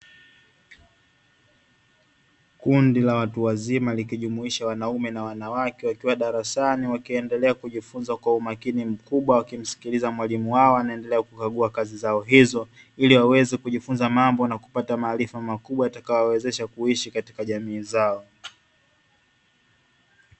Kundi la watu wazima likijumuisha wanaume na wanawake, wakiwa darasani wakiendelea kujifunza kwa umakini mkubwa, wakimsilikiza mwalimu wao anayeendelea kukagua kazi zao hizo ili waweze kujifunza mambo na kupata maarifa makubwa yatakayowawezesha kuishi katika jamii zao.